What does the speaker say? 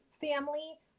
family